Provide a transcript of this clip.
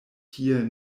tie